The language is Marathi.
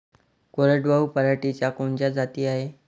कोरडवाहू पराटीच्या कोनच्या जाती हाये?